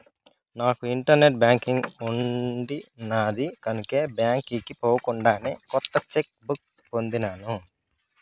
నాకు internet banking ఉండిన్నాది కనుకే బాంకీకి పోకుండానే కొత్త చెక్ బుక్ పొందినాను